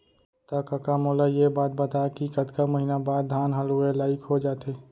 त कका मोला ये बता कि कतका महिना बाद धान ह लुए लाइक हो जाथे?